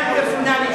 זה לא חוק פרסונלי.